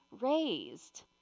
raised